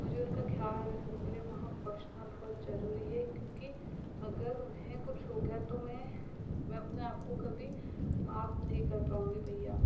मुझे उनका ख्याल रखने के लिए वहाँ पहुँचना बहुत जरूरी है क्योंकि अगर उन्हें कुछ हो गया तो मैं मैं अपने आप को कभी माफ नहीं कर पाऊँगी भईया